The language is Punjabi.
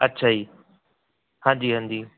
ਅੱਛਾ ਜੀ ਹਾਂਜੀ ਹਾਂਜੀ